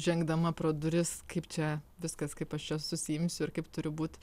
žengdama pro duris kaip čia viskas kaip aš čia susiimsiu ir kaip turi būt